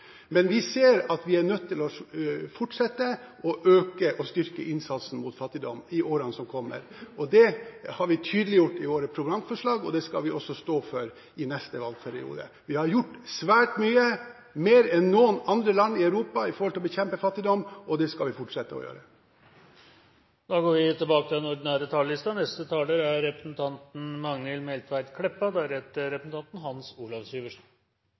Vi ser at vi er nødt til å fortsette å styrke innsatsen mot fattigdom i årene som kommer. Det har vi tydeliggjort i våre programforslag, og det skal vi også stå for i neste valgperiode. Vi har gjort svært mye – mer enn noen andre land i Europa – med tanke på å bekjempe fattigdom, og det skal vi fortsette å gjøre. Replikkordskiftet er omme. Vi har no to Soria Moria-erklæringar å oppsummera. Den raud-grøne regjeringa har levert. Uro internasjonalt tilseier ei trygg og